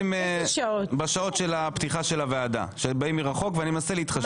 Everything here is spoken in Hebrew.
בשעות פתיחת הוועדה ואני מנסה להתחשב.